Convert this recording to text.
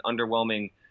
underwhelming